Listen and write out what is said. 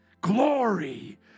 Glory